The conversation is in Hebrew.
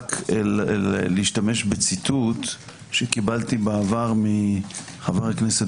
רק להשתמש בציטוט שקיבלתי בעבר מחבר הכנסת